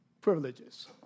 privileges